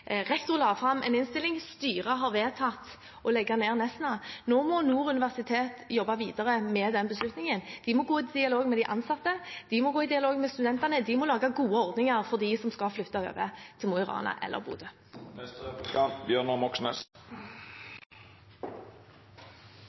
la fram en innstilling, styret har vedtatt å legge ned Nesna. Nå må Nord universitet jobbe videre med den beslutningen. De må gå i dialog med de ansatte, de må gå i dialog med studentene, og de må lage gode ordninger for dem som skal flytte over til Mo i Rana eller Bodø.